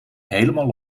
helemaal